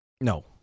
No